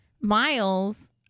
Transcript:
Miles